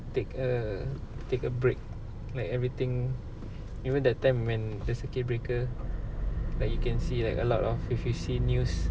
take a take a break like everything even that time when the circuit breaker like you can see like a lot of if you see news